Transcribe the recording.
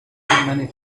many